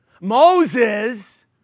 Moses